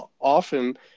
often